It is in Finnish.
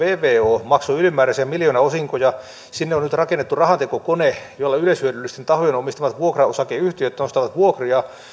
vvo maksoi ylimääräisiä miljoonaosinkoja sinne on nyt rakennettu rahantekokone jolla yleishyödyllisten tahojen omistamat vuokraosakeyhtiöt nostavat vuokria